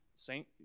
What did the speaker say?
Saint